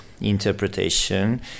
interpretation